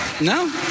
No